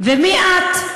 מי את,